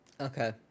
Okay